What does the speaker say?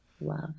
Love